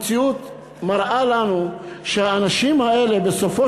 המציאות מראה לנו שהאנשים האלה בסופו